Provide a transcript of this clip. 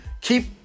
keep